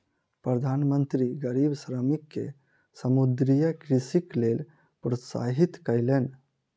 प्रधान मंत्री गरीब श्रमिक के समुद्रीय कृषिक लेल प्रोत्साहित कयलैन